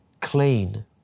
clean